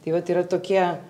tai vat yra tokie